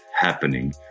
happening